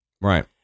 Right